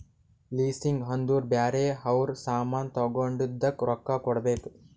leasing ಅಂದುರ್ ಬ್ಯಾರೆ ಅವ್ರ ಸಾಮಾನ್ ತಗೊಂಡಿದ್ದುಕ್ ರೊಕ್ಕಾ ಕೊಡ್ಬೇಕ್